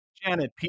Janet